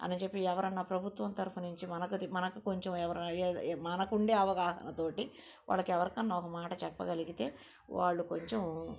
అని చెప్పి ఎవరైనా ప్రభుత్వం తరపు నుంచి మనకి అది మనకు కొంచెం ఎవరైనా ఏదైనా మనకుండే అవగాహనతో వాళ్ళకి ఎవరికైనా ఒక మాట చెప్పగలిగితే వాళ్ళు కొంచెం